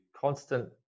constant